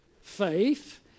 faith